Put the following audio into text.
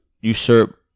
usurp